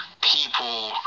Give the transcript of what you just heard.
people